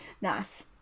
Nice